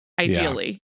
Ideally